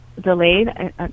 delayed